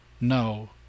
No